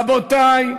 רבותי,